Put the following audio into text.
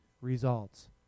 results